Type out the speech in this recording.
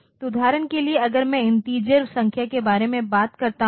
तो उदाहरण के लिए अगर मैं इन्टिजर संख्या के बारे में बात करता हूं